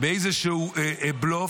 באיזשהו בלוף,